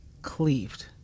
cleaved